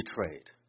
betrayed